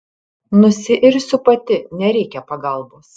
nusiirsiu pati nereikia pagalbos